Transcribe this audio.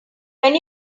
when